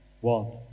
one